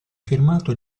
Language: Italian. firmato